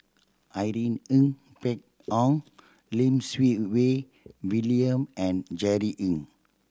Irene Ng Phek Hoong Lim Siew Wai William and Jerry Ng